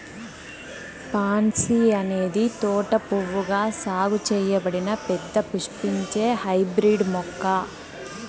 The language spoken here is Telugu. పాన్సీ అనేది తోట పువ్వుగా సాగు చేయబడిన పెద్ద పుష్పించే హైబ్రిడ్ మొక్క